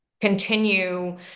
continue